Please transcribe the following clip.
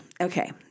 okay